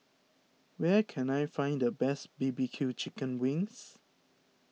where can I find the best B B Q Chicken Wings